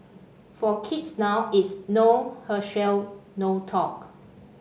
for kids now it's no Herschel no talk